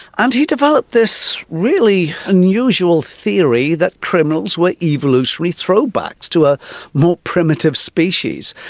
and he developed this really unusual theory that criminals were evolutionary throwbacks to a more primitive species.